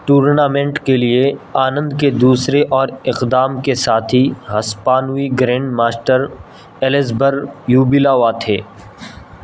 tournament کے لیے آنند کے دوسرے اور اقدام کے ساتھی ہسپانوی گرینڈ ماسٹر ایلزبر یوبیلاوا تھے